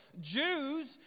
Jews